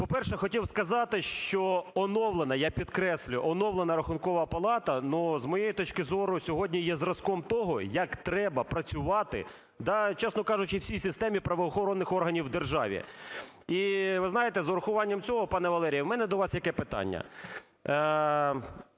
По-перше, хотів сказати, що оновлена, я підкреслюю, оновлена Рахункова палата, ну, з моєї точки зору, сьогодні є зразком того, як треба працювати, чесно кажучи, всій системі правоохоронних органів у державі. І ви знаєте, з урахуванням цього, пане Валерію, у мене до вас яке питання.